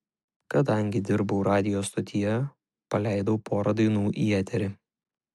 kadangi dirbau radijo stotyje paleidau porą dainų į eterį